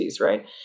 right